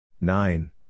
nine